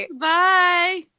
Bye